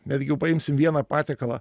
netgi jau paimsim vieną patiekalą